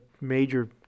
major